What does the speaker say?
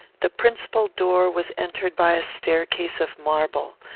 the principal door was entered by a staircase of marble.